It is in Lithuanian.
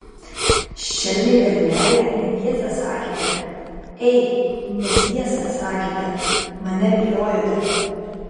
šelmiai berneliai netiesą sakėte ei netiesą sakėte mane viliojote